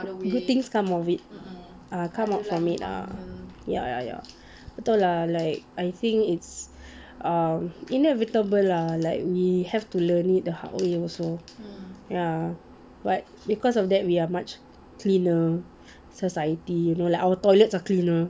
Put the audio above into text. good things comes of it uh come out from it lah ya ya ya betul lah like I think it's um inevitable lah like we have to learn it the hard way also ya but because of that we are much cleaner society like you know our toilets are cleaner